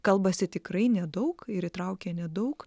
kalbasi tikrai nedaug ir įtraukia nedaug